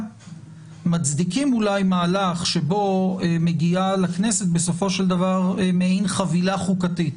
מצדיקים אולי מהלך שבו מגיעה לכנסת בסופו של דבר מעין חבילה חוקתית.